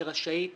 היא רשאית